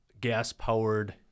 gas-powered